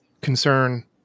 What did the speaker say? concern